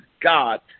God